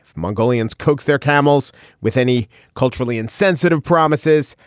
mongolians coax their camels with any culturally insensitive promises.